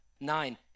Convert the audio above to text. nine